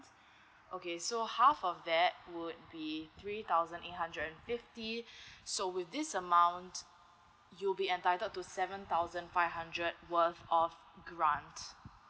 okay so half of that would be three thousand eight hundred and fifty so with this amount you'll be entitled to seven thousand five hundred worth of grant